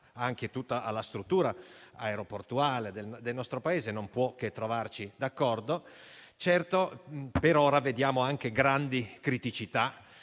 anche a tutta la struttura aeroportuale del nostro Paese non può che trovarci d'accordo. Certo, per ora vediamo anche grandi criticità,